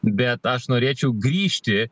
bet aš norėčiau grįžti